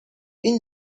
این